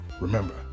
Remember